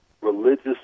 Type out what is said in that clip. religious